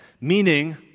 Meaning